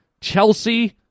Chelsea